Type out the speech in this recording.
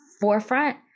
forefront